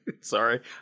Sorry